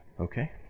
okay